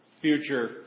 future